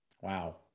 Wow